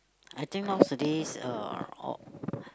I think nowadays uh all